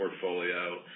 portfolio